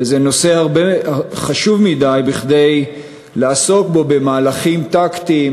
וזה נושא חשוב מכדי לעסוק בו במהלכים טקטיים